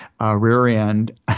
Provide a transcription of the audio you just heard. rear-end